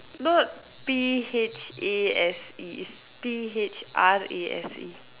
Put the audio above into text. not P H A S E is P H R A S E